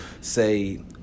say